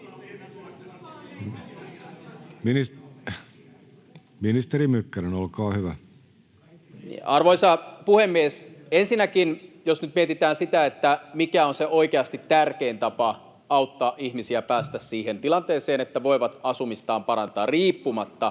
Ministeri Mykkänen, olkaa hyvä. Arvoisa puhemies! Ensinnäkin, jos nyt mietitään sitä, mikä on se oikeasti tärkein tapa auttaa ihmisiä pääsemään siihen tilanteeseen, että he voivat asumistaan parantaa riippumatta